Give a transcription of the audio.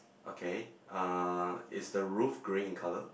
okay uh is the roof grey in colour